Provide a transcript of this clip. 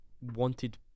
wanted